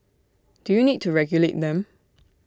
do you need to regulate them